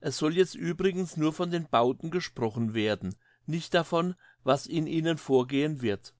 es soll jetzt übrigens nur von den bauten gesprochen werden nicht davon was in ihnen vorgehen wird